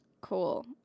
Cool